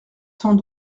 sans